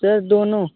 sir दोनों